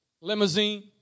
Limousine